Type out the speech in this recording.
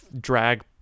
drag